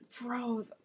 Bro